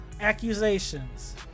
accusations